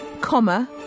comma